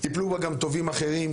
יפלו בה גם טובים אחרים,